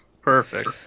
perfect